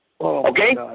Okay